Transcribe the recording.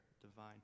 divine